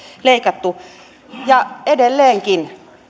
leikattu edelleenkin